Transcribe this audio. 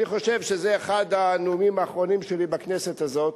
אני חושב שזה אחד הנאומים האחרונים שלי בכנסת הזאת,